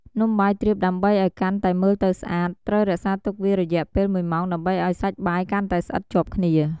នំបាយទ្រាបដើម្បីឱ្យកាន់តែមើលទៅស្អាត ត្រូវរក្សាទុកវារយៈពេលមួយម៉ោងដើម្បីឱ្យសាច់បាយកាន់តែស្អិតជាប់គ្នា។